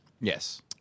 Yes